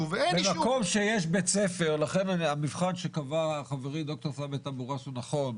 המבחן שקבע חברי ד"ר ת'אבת אבו ראס הוא נכון.